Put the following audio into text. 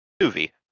movie